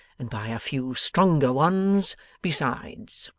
and by a few stronger ones besides